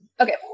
Okay